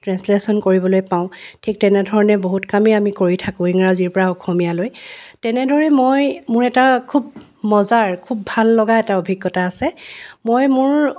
translation কৰিবলৈ পাওঁ ঠিক তেনেধৰণে বহুত কামেই আমি কৰি থাকোঁ ইংৰাজীৰপৰা অসমীয়ালৈ তেনেদৰে মই মোৰ এটা খুব মজাৰ খুব ভাল লগা এটা অভিজ্ঞতা আছে মই মোৰ